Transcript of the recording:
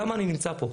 למה אני נמצא פה?